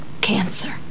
Cancer